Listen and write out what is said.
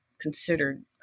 considered